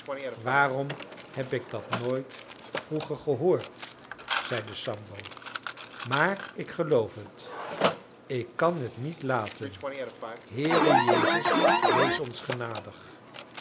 waarom heb ik dat nooit vroeger gehoord zeide sambo maar ik geloof het ik kan het niet laten heere jezus wees ons genadig